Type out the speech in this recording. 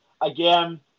again